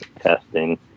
testing